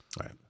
Right